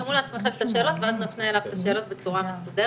תרשמו לעצמכם את השאלות ואז נפנה אליו את השאלות בצורה מסודרת.